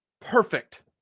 perfect